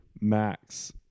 max